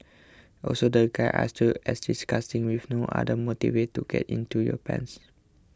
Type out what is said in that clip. also the guys are still as disgusting with no other motives to get into your pants